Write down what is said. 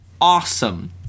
Awesome